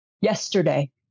yesterday